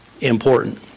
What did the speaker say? important